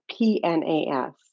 PNAS